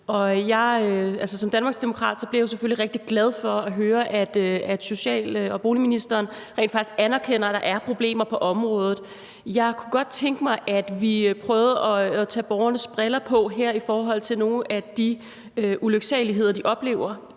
Som danmarksdemokrat bliver jeg selvfølgelig rigtig glad for at høre, at social- og boligministeren rent faktisk anerkender, at der er problemer på området. Jeg kunne godt tænke mig, at vi prøver at tage borgernes briller på her i forhold til nogle af de ulyksaligheder, de oplever